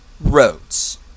roads